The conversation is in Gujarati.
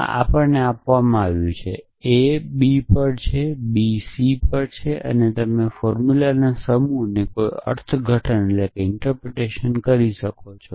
આ આપણને આપવામાં આવ્યું છે a એ b પર છે b એ c પર છે અને તમે આ ફોર્મુલાના સમૂહનું કોઈપણ અર્થઘટન કરી શકો છો